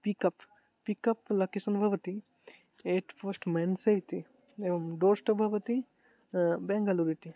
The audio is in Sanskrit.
peak up pick up location भवति एयिट् पोस्ट् मेण्से इति एवं डोर् स्टेप् भवति बेङ्गलूर् इति